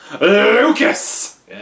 Lucas